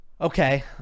Okay